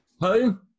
Home